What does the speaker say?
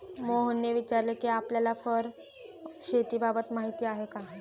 मोहनने विचारले कि आपल्याला फर शेतीबाबत माहीती आहे का?